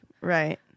right